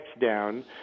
down